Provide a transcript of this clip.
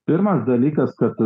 pirmas dalykas kad